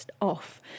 off